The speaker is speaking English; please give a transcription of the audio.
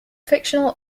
fictional